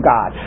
God